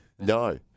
no